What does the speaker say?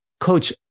coach